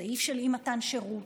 סעיף של אי-מתן שירות,